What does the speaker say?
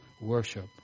worship